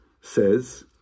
says